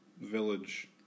Village